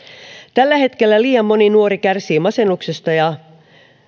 tällä hetkellä liian moni nuori kärsii masennuksesta ja